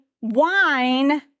wine